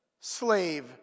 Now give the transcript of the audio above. slave